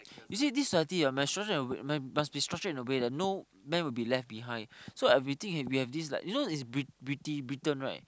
you see this society ah must structure must be structured in a way that no man will be left behind so I we think we have this like you know is briti~ Britain right